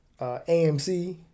AMC